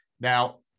Now